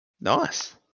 Nice